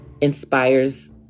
inspires